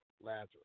Lazarus